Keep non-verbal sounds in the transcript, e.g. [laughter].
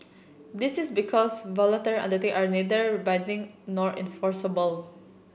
this is because [unintelligible] undertake are neither binding nor enforceable